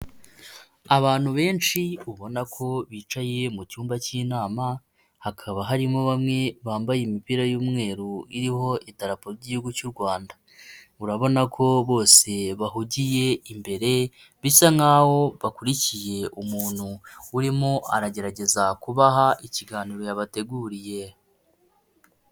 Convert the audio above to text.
Abantu benshi ubona ko bicaye mu cyumba k'inama hakaba harimo bamwe bambaye imipira y'umweru iriho itarapo ry'igihugu cy'u Rwanda, urabona ko bose bahugiye imbere bisa nkaho bakurikiye umuntu urimo aragerageza kubaha ikiganiro yabateguriye.